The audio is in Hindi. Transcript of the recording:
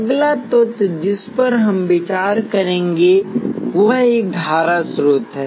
अगला तत्व जिस पर हम विचार करेंगे वह एक धारा स्रोत है